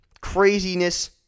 Craziness